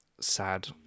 Sad